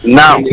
now